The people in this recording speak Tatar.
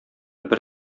бер